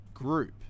Group